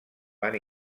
van